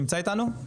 נמצא איתנו?